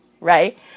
right